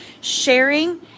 Sharing